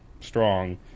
strong